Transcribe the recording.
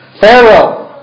Pharaoh